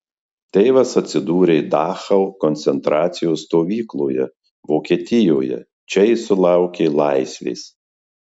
tėvas atsidūrė dachau koncentracijos stovykloje vokietijoje čia jis sulaukė laisvės